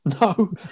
No